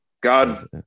God